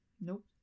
nope